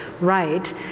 right